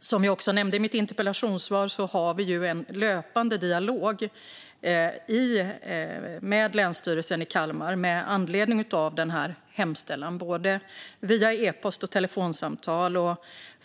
Som jag nämnde i mitt interpellationssvar har vi en löpande dialog med Länsstyrelsen i Kalmar län med anledning av denna hemställan, via både e-post och telefonsamtal.